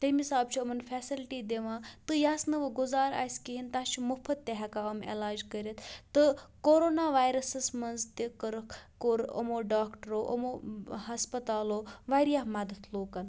تمہِ حِساب چھُ یِمَن فیسَلٹی دِوان تہٕ یَس نہٕ وۄنۍ گُزار آسہِ کِہیٖنۍ تَس چھِ مُفُت تہِ ہٮ۪کان علاج کٔرِتھ تہٕ کورونا وایرَسَس منٛز تہِ کٔرٕکھ کوٚر یِمو ڈاکٹرو یِمو ہَسپَتالو واریاہ مَدَد لُکَن